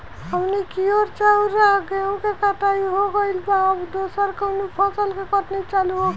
हमनी कियोर चाउर आ गेहूँ के कटाई हो गइल बा अब दोसर कउनो फसल के कटनी चालू होखि